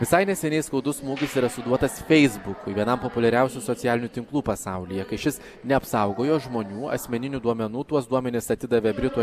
visai neseniai skaudus smūgis yra suduotas feisbukui vienam populiariausių socialinių tinklų pasaulyje kai šis neapsaugojo žmonių asmeninių duomenų tuos duomenis atidavė britų